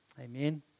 Amen